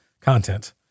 content